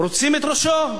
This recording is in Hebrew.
רוצים את ראשו.